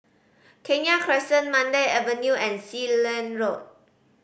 Kenya Crescent Mandai Avenue and Sealand Road